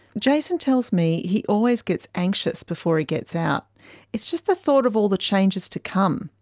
jason tells me he always gets anxious before he gets out it's just the thought of all the changes to come.